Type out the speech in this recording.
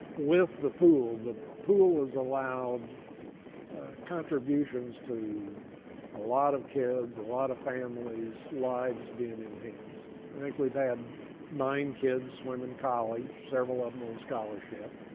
with the pool, the pool has allowed contributions to a lot of kids, a lot of families, lives being enhanced. i think we've had nine kids swim in college, several of them on scholarship,